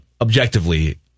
objectively